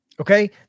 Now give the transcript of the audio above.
Okay